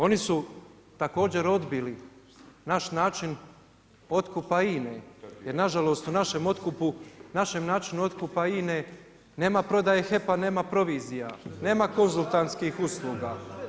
Oni su također odbili naš način otkupa INA-e, jer nažalost u našem otkupu, našem načinu otkupa INA-e nema prodaje HEP-a, nema provizija, nema konzultantskih usluga.